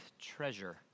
treasure